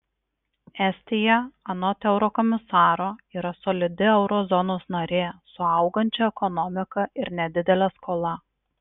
estija anot eurokomisaro yra solidi euro zonos narė su augančia ekonomika ir nedidele skola